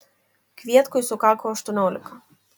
kvietkui sukako aštuoniolika